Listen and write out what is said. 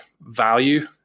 value